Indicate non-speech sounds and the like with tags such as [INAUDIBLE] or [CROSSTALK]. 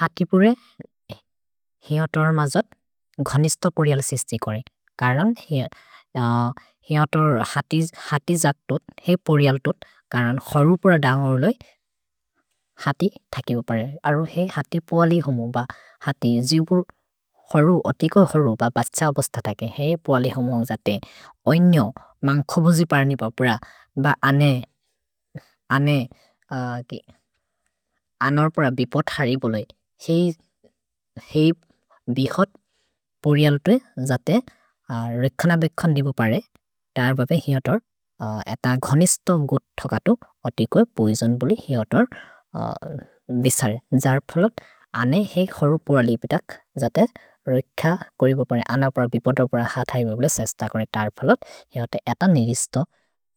हति पुरे हिअतर् मजत् घनिस्त पोरिअल् सेस्ति करे, करन् हिअतर् हति जक्तोत्, हे पोरिअल् तोत्, करन् हरु प्र दान्गरुले हति थकि बोपरे। अरु हे हति पुअलि होमो ब हति जिबुर् हरु अतिको हरु ब बच्छ ओबस्थ थकि हे पुअलि होमो जाते ओइनो मन्ग् खोबुजि परनि पपुर ब [HESITATION] अने अनोर् पर बिपोथरि बोलेइ। हे बेहोत् पोरिअल् तो जते रेख न बेख निबुपरे, तर् बपे हिअतर् अत घनिस्त गोथ कतो अतिको पोइजोन् बोलि हिअतर् विसर् जर् फलोत्। अने हे हरु पर लिपितक् जाते रेख कोरिबोपरे अनोर् पर बिपोथर पर हतरि बोले सेस्त करे तर् फलोत्, हिअतर् अत नेगिस्त